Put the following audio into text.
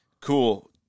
Cool